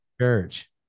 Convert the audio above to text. church